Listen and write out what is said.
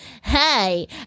Hey